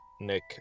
Nick